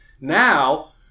now